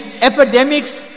epidemics